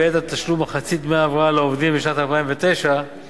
בעת תשלום מחצית דמי ההבראה לעובדים בשנת 2009 חויבו